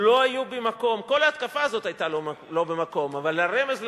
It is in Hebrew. כל ההתקפה הזאת היתה לא במקום, אבל הרמז לחסינות,